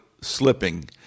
slipping